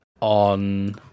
on